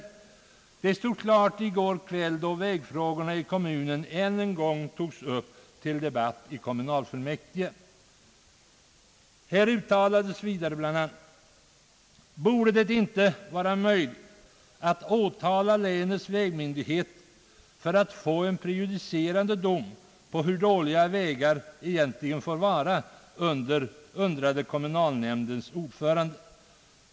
Det stor klart i går kväll, då vägfrågorna i kommunen än en gång togs upp till debatt i kommunalfullmäktige.» Det uttalades vidare bl.a.: »Borde det inte vara möjligt att åtala länets vägmyndigheter för att få en prejudicerande dom på hur dåliga vägar egentligen får vara, undrade kommunalnämndens ordförande.